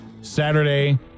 Saturday